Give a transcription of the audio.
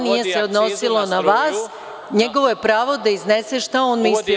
Nije se odnosilo na vas, njegovo je pravo da iznese šta misli.